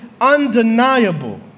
undeniable